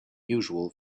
usual